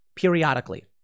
periodically